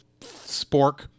spork